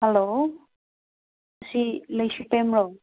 hello ꯁꯤ ꯂꯩꯁꯨꯇꯦꯡꯂꯣ